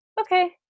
Okay